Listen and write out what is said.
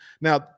Now